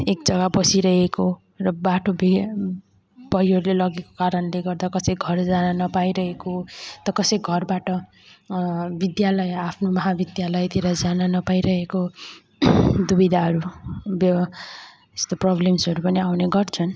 एक जग्गा बसिरहेको र बाटो बिग् पहिरोले लगेको कारणले गर्दा कसै घर जान नपाइरहेको त कसै घरबाट विद्यालय आफ्नो महाविद्यालयतिर जान नपाइरहेको दुविधाहरू ब्यव यस्तो प्रबलम्स्हरू पनि आउँने गर्छन्